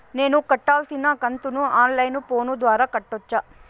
నేను కట్టాల్సిన కంతును ఆన్ లైను ఫోను ద్వారా కట్టొచ్చా?